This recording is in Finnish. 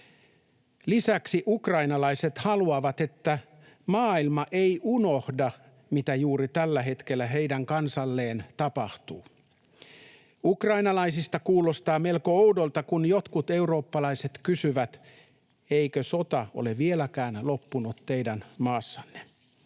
Lisäksi ukrainalaiset haluavat, että maailma ei unohda, mitä juuri tällä hetkellä heidän kansalleen tapahtuu. Ukrainalaisista kuulostaa melko oudolta, kun jotkut eurooppalaiset kysyvät: ”Eikö sota ole vieläkään loppunut teidän maassanne?”